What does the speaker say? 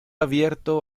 abierto